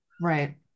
Right